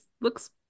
looks